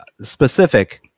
specific